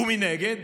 מנגד,